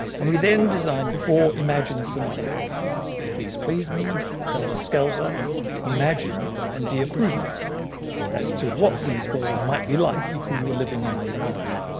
and we then designed four imagined scenarios please please me helter skelter imagine and dear prudence as to what these worlds might be like if we were living in them now.